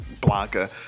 Blanca